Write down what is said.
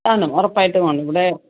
ആണ് ഉറപ്പായിട്ടും ആണ് ഇവിടെ